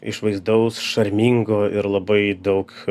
išvaizdaus šarmingo ir labai daug